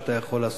ואתה יכול לעשות.